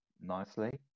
nicely